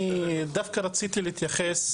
אני דווקא רציתי להתייחס,